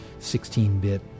16-bit